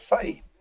faith